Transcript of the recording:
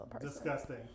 disgusting